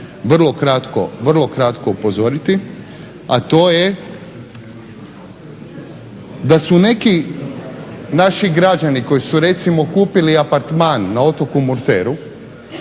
vrlo kratko upozoriti, a to je da su neki naši građani koji su recimo kupili apartman na otoku Murteru,